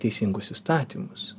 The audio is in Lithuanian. teisingus įstatymus